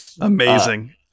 Amazing